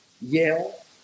Yale